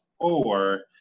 four